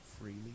freely